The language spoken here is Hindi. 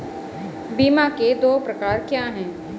बीमा के दो प्रकार क्या हैं?